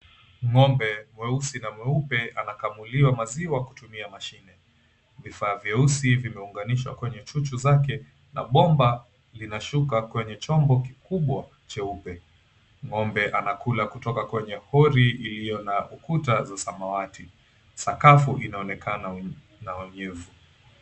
Ng'ombe mweusi na mweupe anakamuliwa maziwa kutumia mashine. Vifaa vyeusi vimeunganishwa kwenye chuchu zake na bomba zinashuka kwenye chombo kikubwa cheupe. Ng'ombe anakula kutoka kwenye hori ilio na ukuta za samawati. Sakafu inaonekana na ujivu.